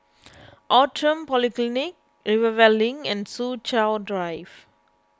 Outram Polyclinic Rivervale Link and Soo Chow Drive